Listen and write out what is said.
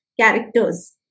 characters